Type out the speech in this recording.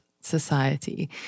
society